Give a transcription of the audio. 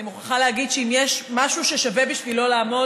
אני מוכרחה להגיד שאם יש משהו ששווה לעמוד